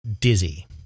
Dizzy